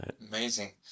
Amazing